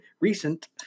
recent